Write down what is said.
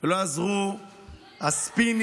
ולא יעזרו הספינים,